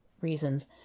reasons